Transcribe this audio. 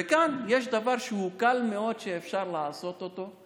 וכאן יש דבר שהוא קל מאוד ואפשר לעשות אותו.